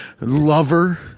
lover